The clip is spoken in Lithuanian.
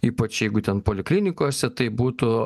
ypač jeigu ten poliklinikose tai būtų